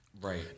right